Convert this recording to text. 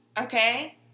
Okay